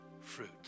fruit